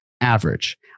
average